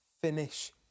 finish